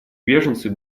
беженцы